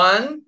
One